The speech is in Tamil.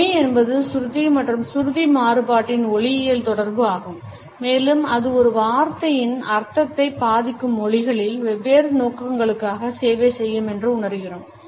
தொனி என்பது சுருதி மற்றும் சுருதி மாறுபாட்டின் ஒலியியல் தொடர்பு ஆகும் மேலும் அது ஒரு வார்த்தையின் அர்த்தத்தை பாதிக்கும் மொழிகளில் வெவ்வேறு நோக்கங்களுக்காக சேவை செய்யும் என்று உணருகிறோம்